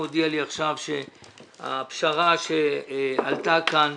הוא הודיע לי עכשיו שהפשרה שעלתה כאן,